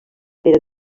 era